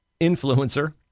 influencer